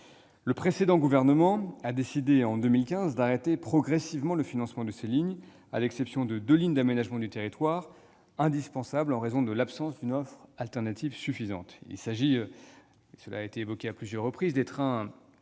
Le précédent gouvernement a décidé, en 2015, d'arrêter progressivement le financement de ces lignes, à l'exception de deux lignes d'aménagement du territoire indispensables en raison de l'absence d'une offre alternative suffisante. Il s'agit des lignes de nuit desservant